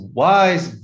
wise